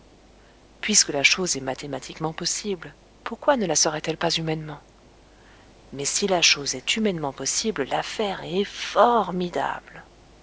puisque la chose est mathématiquement possible pourquoi ne la serait-elle pas humainement mais si la chose est humainement possible l'affaire est formidable